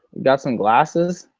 got some glasses?